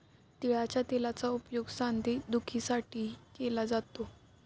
तिळाच्या तेलाचा उपयोग सांधेदुखीसाठीही केला जातो